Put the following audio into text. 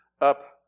up